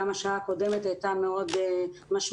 גם השעה הקודמת הייתה מאוד משמעותית.